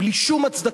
בלי שום הצדקה.